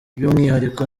by’umwihariko